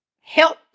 help